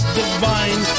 divine